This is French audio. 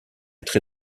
être